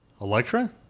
Electra